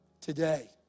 today